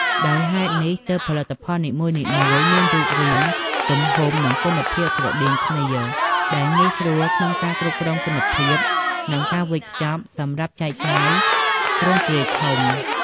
ដោយហេតុនេះ ទើបផលិតផលនីមួយៗមានរូបរាង ទំហំ និងគុណភាពស្រដៀងគ្នា ដែលងាយស្រួលក្នុងការគ្រប់គ្រងគុណភាព និងការវេចខ្ចប់សម្រាប់ចែកចាយទ្រង់ទ្រាយធំ។